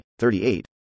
38